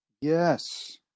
Yes